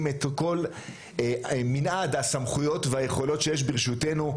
את כל מנעד הסמכויות והיכולות שיש ברשותנו,